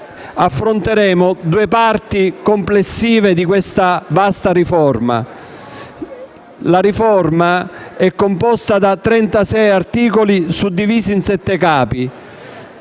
affronteremo due parti complessive di questa vasta riforma. La riforma è composta da 36 articoli suddivisi in sette capi.